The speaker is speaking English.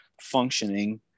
functioning